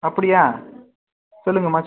அப்படியா சொல்லுங்கம்மா